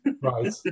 Right